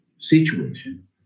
situation